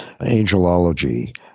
angelology